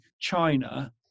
China